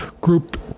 group